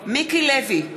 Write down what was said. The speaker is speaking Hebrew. מיקי לוי,